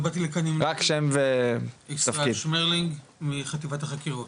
ישראל שמרלינג מחטיבת החקירות,